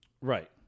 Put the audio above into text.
Right